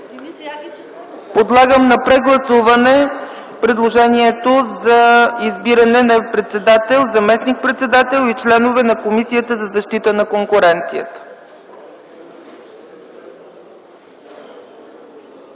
Подлагам на прегласуване предложението за избиране на председател, заместник-председател и членове на Комисията за защита на конкуренцията.